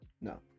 No